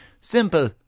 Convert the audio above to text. simple